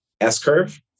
S-curve